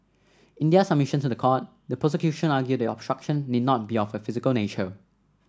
in their submissions to the court the prosecution argued that obstruction need not be of a physical nature